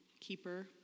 Keeper